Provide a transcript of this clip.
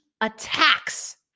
attacks